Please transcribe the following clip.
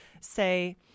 say